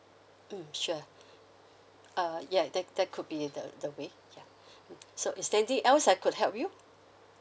mm sure uh ya that that could be the the way ya mm so is there anything else I could help you